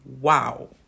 Wow